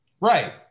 Right